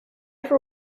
for